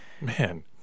man